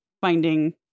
finding